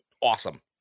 awesome